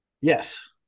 yes